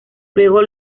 luego